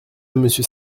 monsieur